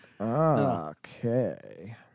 Okay